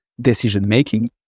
decision-making